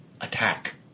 attack